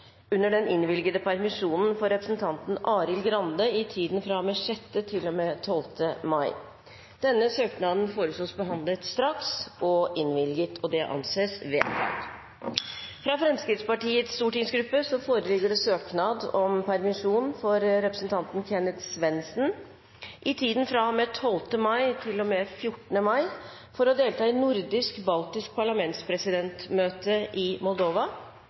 under den innvilgede permisjon for representanten Arild Grande i tiden fra og med 6. mai til og med 12. mai. Denne søknaden foreslås behandlet straks og innvilges. – Det anses vedtatt. Fra Fremskrittspartiets stortingsgruppe foreligger søknad om permisjon for representanten Kenneth Svendsen i tiden fra og med 12. mai til og med 14. mai for å delta i nordisk-baltisk parlamentspresidentmøte i Moldova.